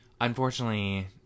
Unfortunately